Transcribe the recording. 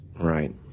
Right